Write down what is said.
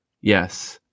Yes